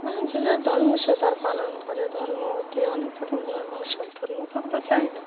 মানে যে যার ধর্ম সে তার পালন করে ধর্ম ওতে অনেক রকম ধর্ম আর সব ধর্ম তো আমরা জানি না